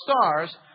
stars